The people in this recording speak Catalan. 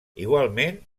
igualment